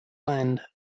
land